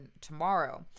tomorrow